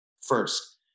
first